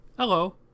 Hello